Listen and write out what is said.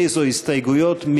איזו הסתייגויות,